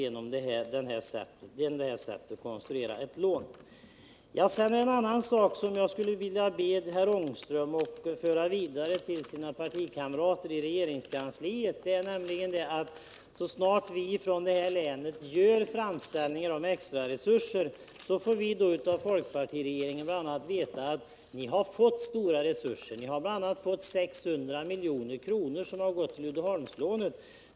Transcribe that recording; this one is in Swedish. Sedan är det en sak som jag skulle vilja be herr Ångström föra vidare till sina partikamrater i regeringen. Så snart vi från det här länet gör framställningar om extra resurser får vi av folkpartiregeringen veta att vi fått stora resurser, bl.a. Uddeholmslånet på 600 milj.kr.